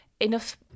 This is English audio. enough